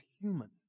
human